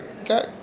okay